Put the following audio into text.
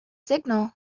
signal